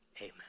Amen